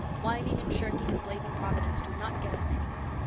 whining and shirking and blaming providence do not get us anywhere.